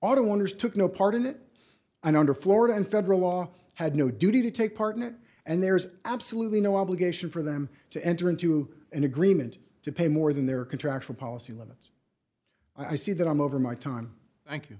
auto owners took no part in it and under florida and federal law had no duty to take part in it and there's absolutely no obligation for them to enter into an agreement to pay more than their contractual policy limits i see that i'm over my time thank you